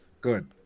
Good